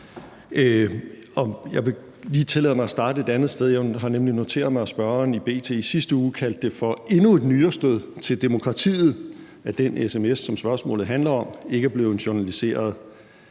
Jeg vil lige tillade mig at starte et andet sted. Jeg har nemlig noteret mig, at spørgeren i B.T. i sidste uge kaldte det for endnu et nyrestød til demokratiet, at den sms, som spørgsmålet handler om, ikke er blevet journaliseret.